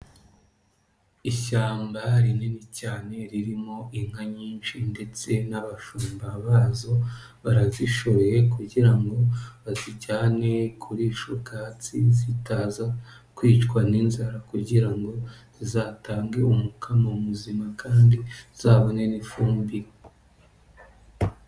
Ishyamba rinini cyane ririmo inka nyinshi ndetse n'abashumba bazo, barazishoye kugira ngo bazijyane kurisha ubwatsi zitaza kwicwa n'inzara kugira ngo zizatange umukamo muzima kandi bazabone n'ifumbire.